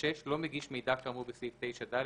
(6)לא מגיש מידע כאמור בסעיף 9ד,